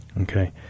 Okay